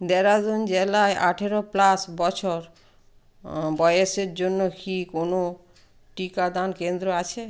দেরাদুন জেলায় আঠেরো প্লাস বছর বয়েসের জন্য কি কোনও টিকাদান কেন্দ্র আছে